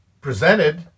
presented